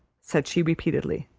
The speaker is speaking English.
said she repeatedly,